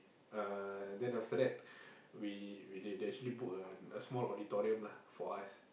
uh then after that we they they actually book a small auditorium lah for us